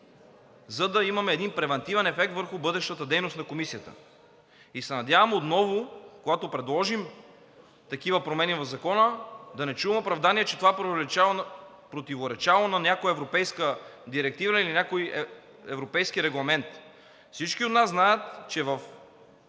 за да имаме един превантивен ефект върху бъдещата дейност на Комисията. И се надявам, когато отново предложим такива промени в Закона, да не чувам оправдания, че това противоречало на някоя европейска директива или на някой европейски регламент. Всеки от нас знае, че в